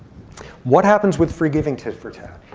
what happens with forgiving tit for tat?